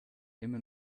immer